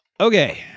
Okay